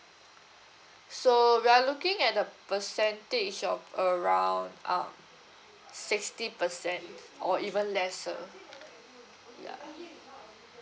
so we are looking at a percentage of around um sixty percent or even lesser ya